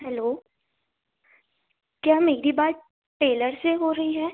hello क्या मेरी बात टेलर से हो रही है